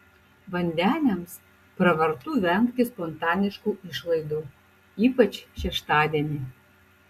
vandeniams pravartu vengti spontaniškų išlaidų ypač šeštadienį